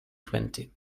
twenty